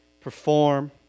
perform